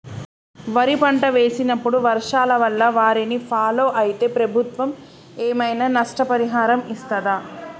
వరి పంట వేసినప్పుడు వర్షాల వల్ల వారిని ఫాలో అయితే ప్రభుత్వం ఏమైనా నష్టపరిహారం ఇస్తదా?